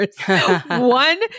One